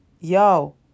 Yo